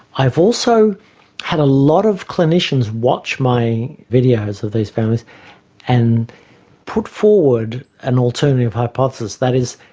i've also had a lot of clinicians watch my videos of these families and put forward an alternative hypothesis that is,